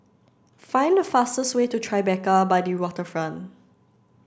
find the fastest way to Tribeca by the Waterfront